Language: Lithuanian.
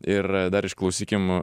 ir dar išklausykim